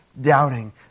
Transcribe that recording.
doubting